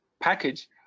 package